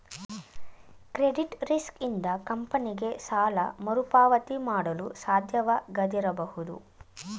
credit risk ಇಂದ ಕಂಪನಿಗೆ ಸಾಲ ಮರುಪಾವತಿ ಮಾಡಲು ಸಾಧ್ಯವಾಗದಿರಬಹುದು